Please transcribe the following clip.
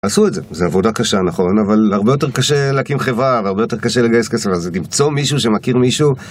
עשו את זה, זה עבודה קשה נכון, אבל הרבה יותר קשה להקים חברה, הרבה יותר קשה לגייס כסף, אז למצוא מישהו שמכיר מישהו